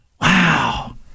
Wow